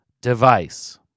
device